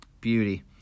beauty